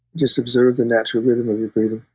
just observe the natural rhythm of your breathing.